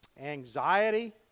anxiety